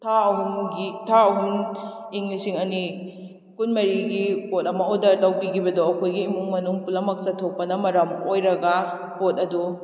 ꯊꯥ ꯑꯍꯨꯝꯒꯤ ꯊꯥ ꯑꯍꯨꯝ ꯏꯪ ꯂꯤꯁꯤꯡ ꯑꯅꯤ ꯀꯨꯟꯃꯔꯤꯒꯤ ꯄꯣꯠ ꯑꯃ ꯑꯣꯗꯔ ꯇꯧꯕꯤꯈꯤꯕꯗꯣ ꯑꯩꯈꯣꯏꯒꯤ ꯏꯃꯨꯡ ꯃꯅꯨꯡ ꯄꯨꯝꯅꯃꯛ ꯆꯠꯊꯣꯛꯄꯅ ꯃꯔꯝ ꯑꯣꯏꯔꯒ ꯄꯣꯠ ꯑꯗꯨ